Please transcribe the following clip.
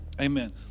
Amen